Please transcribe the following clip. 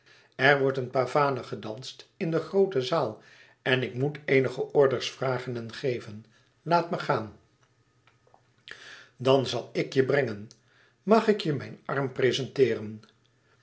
er wordt een pavane gedanst in de groote zaal en ik moet eenige orders vragen en geven laat me gaan dan zal ik je brengen mag ik je mijn arm prezenteeren